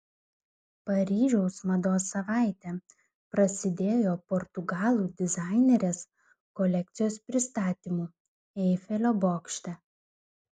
paryžiaus mados savaitė prasidėjo portugalų dizainerės kolekcijos pristatymu eifelio bokšte